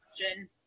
question